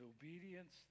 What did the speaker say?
obedience